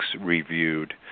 reviewed